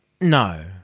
No